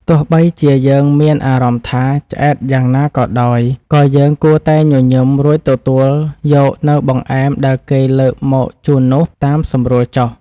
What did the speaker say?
បើទោះបីជាយើងមានអារម្មណ៍ថា ឆ្អែតយ៉ាងណាក៏ដោយ ក៏យើងគួរតែញញឹមរួចទទួលយកនូវបង្អែមដែលគេលើកមកជូននោះតាមសម្រួលចុះ។